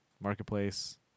Marketplace